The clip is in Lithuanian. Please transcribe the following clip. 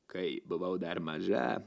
kai buvau dar maža